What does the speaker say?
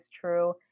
true